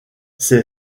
ces